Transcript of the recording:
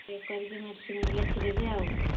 check କରିକି medicine ଲେଖିଦେବି ଆଉ